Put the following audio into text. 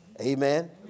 Amen